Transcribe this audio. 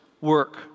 work